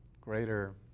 greater